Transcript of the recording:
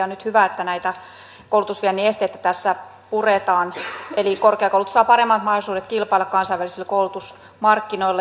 on nyt hyvä että näitä koulutusviennin esteitä tässä puretaan eli korkeakoulut saavat paremmat mahdollisuudet kilpailla kansainvälisillä koulutusmarkkinoilla